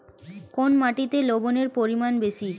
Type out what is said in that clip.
কোন মাটিতে লবণের পরিমাণ বেশি?